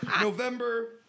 November